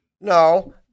No